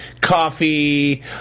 Coffee